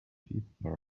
people